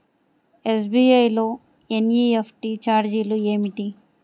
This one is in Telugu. ఎస్.బీ.ఐ లో ఎన్.ఈ.ఎఫ్.టీ ఛార్జీలు ఏమిటి?